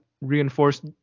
reinforced